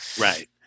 Right